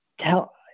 tell